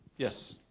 yes